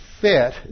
fit